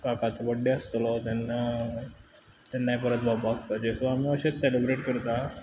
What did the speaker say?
काकाचो birthday आसतलो तेन्ना तेन्नाय परत भोंवपा वचपाचे सो आमी अशें सॅलब्रेट करतात